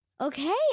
Okay